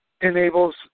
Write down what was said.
enables